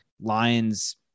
Lions